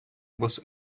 was